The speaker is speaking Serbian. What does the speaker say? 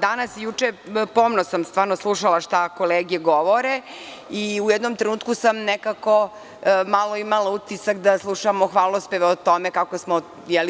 Danas i juče sam pomno slušala šta kolege govore i u jednom trenutku sam nekako malo imala utisak da slušamo hvalospeve o tome kako smo